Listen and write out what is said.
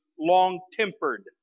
long-tempered